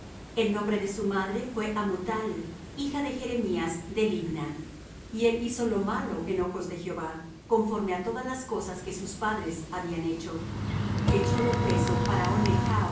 el nombre de su madre fué amutal hija de jeremías de libna y él hizo lo malo en ojos de jehová conforme á todas las cosas que sus padres habían hecho y echólo preso faraón